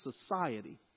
society